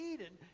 Eden